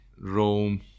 Rome